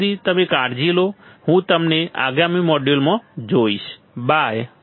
ત્યાં સુધી તમે કાળજી લો હું તમને આગામી મોડ્યુલ જોઈશ બાય